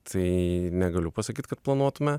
tai negaliu pasakyt kad planuotume